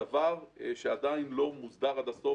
הדבר שעדיין לא מוסדר עד הסוף,